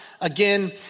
again